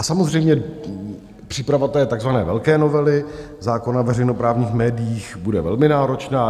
Samozřejmě příprava té takzvané velké novely zákona veřejnoprávních médiích bude velmi náročná.